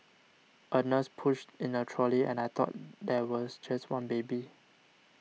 a nurse pushed in a trolley and I thought there was just one baby